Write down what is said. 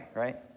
right